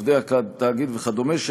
עובדי התאגיד וכדומה,